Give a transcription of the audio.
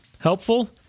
Helpful